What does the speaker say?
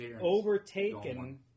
overtaken